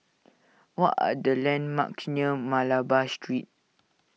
what are the landmarks near Malabar Street